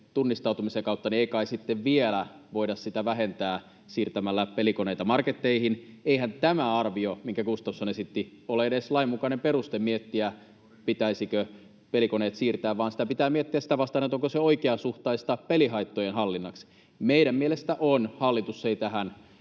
tunnistautumisen kautta, niin ei kai sitten vielä voida sitä vähentää siirtämällä pelikoneita marketteihin. Eihän tämä arvio, minkä Gustafsson esitti, ole edes lainmukainen peruste miettiä, pitäisikö pelikoneet siirtää, vaan sitä pitää miettiä sitä vastaan, onko se oikeasuhtaista pelihaittojen hallitsemiseksi. Meidän mielestämme on. Hallitus ei tähän